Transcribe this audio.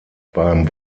beim